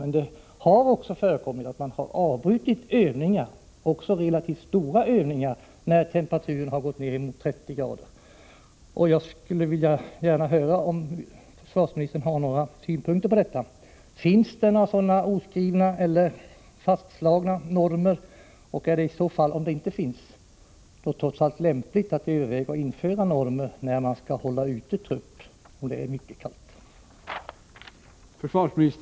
Men det har också förekommit att man har avbrutit övningar — också relativt stora sådana — när temperaturen har gått ned mot 30”. Jag skulle vilja höra om försvarsministern har några synpunkter på det. Finns det några oskrivna eller fastslagna normer? Om sådana inte finns: Är det inte lämpligt att införa normer för när trupp skall hållas ute och det är mycket kallt?